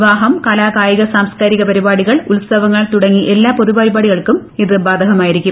വിവാഹം കലാകായിക സാംസ്കാരിക പരിപടികൾ ഉത്സവങ്ങൾ തുടങ്ങി എല്ലാ പൊതുപരിപാടികൾക്കും ബാധകമായിരിക്കും